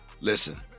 Listen